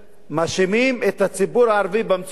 מאשימים את הציבור הערבי במציאות,